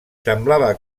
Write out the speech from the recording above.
semblava